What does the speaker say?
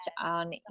on